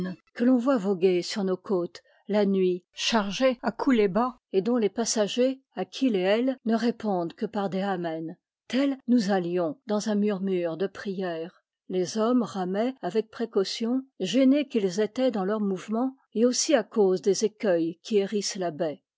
anaôn qu'on voit voguer sur nos côtes la nuit chargée à couler bas et dont les passagers à qui les hèle ne répondent que par des amen tels nous allions dans un murmure de prières les hommes ramaient avec précaution gênés qu'ils étaient dans leurs mouvements et aussi à cause des écueils qui hérissent la baie